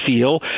feel